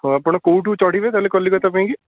ହଉ ଆପଣ କେଉଁଠୁ ଚଢ଼ିବେ ତା'ହେଲେ କଲିକତା ପାଇଁ କି